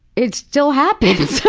it still happens.